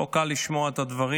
לא קל לשמוע את הדברים.